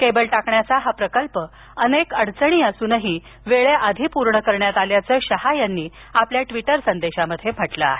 cable टाकण्याचा हा प्रकल्प अनेक अडचणी असूनही वेळेआधी पूर्ण करण्यात आल्याचं शहा यांनी आपल्या ट्वीटर संदेशात म्हटलं आहे